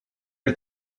her